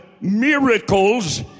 miracles